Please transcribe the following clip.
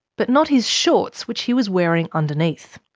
but not his shorts which he was wearing underneath.